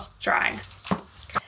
drawings